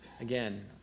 again